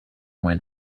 went